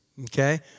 okay